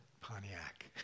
Pontiac